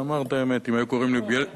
חבר הכנסת אילן גילאון,